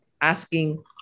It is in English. asking